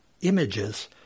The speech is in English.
images